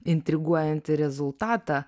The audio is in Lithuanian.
intriguojantį rezultatą